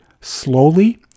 slowly